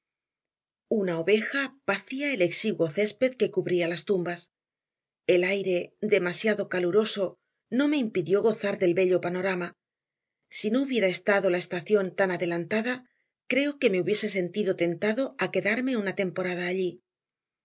una oveja pacía el exiguo césped que cubría las tumbas el aire demasiado caluroso no me impidió gozar del bello panorama si no hubiera estado la estación tan adelantada creo que me hubiese sentido tentado a quedarme una temporada allí